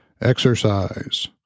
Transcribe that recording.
exercise